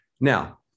now